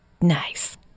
nice